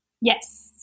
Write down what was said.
Yes